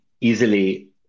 easily